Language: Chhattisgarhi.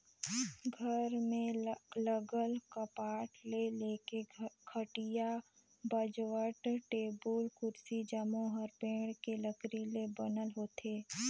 घर में लगल कपाट ले लेके खटिया, बाजवट, टेबुल, कुरसी जम्मो हर पेड़ के लकरी ले बनल होथे